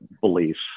beliefs